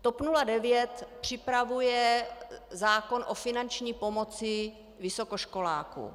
TOP 09 připravuje zákon o finanční pomoci vysokoškolákům.